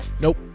Nope